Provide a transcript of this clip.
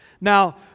Now